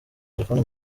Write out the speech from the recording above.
telefoni